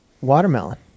watermelon